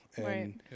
Right